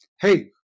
hey